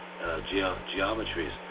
geometries